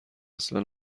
اصلا